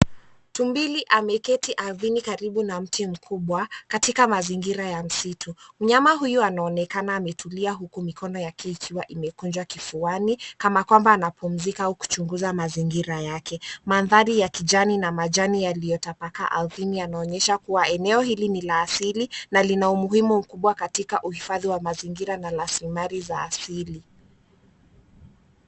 Tumbili ameketi ardhini karibu na mti mkubwa, katika mazingira ya msitu. Mnyama huyu anaonekana ametulia huku mikono yake ikiwa imekunjwa kifuani kana kwamba anapumzika au kuchunguza mazingira yake. Mandhari ya kijani na majani yaliyotapakaa ardhini, yanaonyesha kuwa eneo hili ni la asili na lina umuhimu mkubwa katika uhifadhi wa mazingira na rasilimali za kiasili.